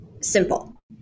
simple